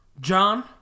John